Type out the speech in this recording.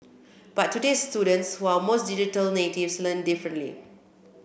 but today students who are most digital natives learn differently